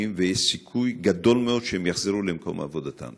סיכוי גדול מאוד שהם יחזרו למקום עבודתם?